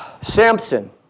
Samson